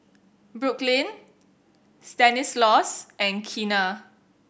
Brooklyn Stanislaus and Keena